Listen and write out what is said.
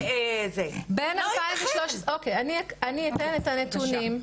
אני אתן את הנתונים.